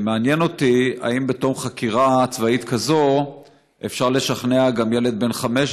מעניין אותי: האם בתום חקירה צבאית כזאת אפשר גם לשכנע ילד בן 15